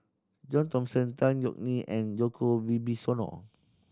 John Thomson Tan Yeok Nee and Djoko Wibisono